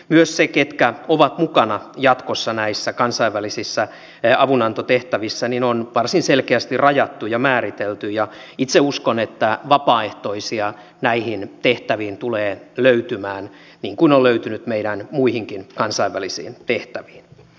myös se ketkä ovat mukana jatkossa näissä kansainvälisissä avunantotehtävissä on varsin selkeästi rajattu ja määritelty ja itse uskon että vapaaehtoisia näihin tehtäviin tulee löytymään niin kuin on löytynyt meidän muihinkin kansainvälisiin tehtäviin